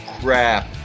crap